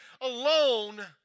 alone